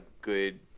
good